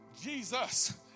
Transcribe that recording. Jesus